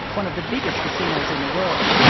one of the biggest casinos in the world.